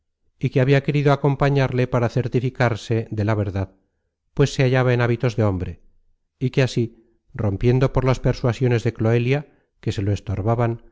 y que habia querido acompañarle para certificarse de la verdad pues se hallaba en hábitos de hombre y que así rompiendo por las persuasiones de cloelia que se lo